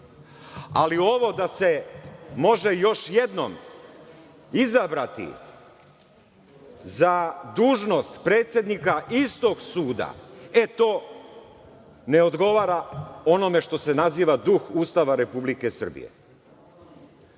ali ovo – da se može još jednom izabrati za dužnost predsednika istog suda, to ne odgovara onome što se naziva duh Ustava Republike Srbije. Ustav